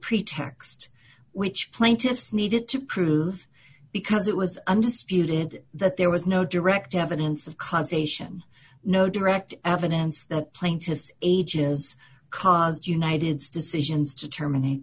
pretext which plaintiffs needed to prove because it was under spirit that there was no direct evidence of causation no direct evidence the plaintiffs ages caused united states citizens to terminate